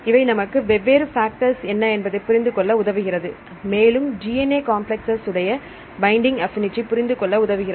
இவை நமக்கு வெவ்வேறு ஃபேக்டர்ஸ் என்ன என்பதை புரிந்து கொள்ள உதவுகிறது மேலும் DNA காம்ப்ளக்ஸ் உடைய பைண்டிங் ஆப்பினிடி புரிந்துகொள்ள உதவுகிறது